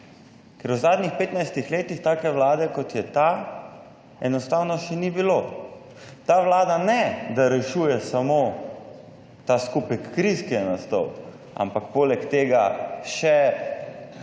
Ker v zadnjih petnajstih letih take vlade kot je ta, enostavno še ni bilo. Ta vlada ne da rešuje samo ta skupek kriz, ki je nastal, ampak poleg tega še